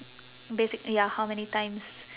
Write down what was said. basic~ ya how many times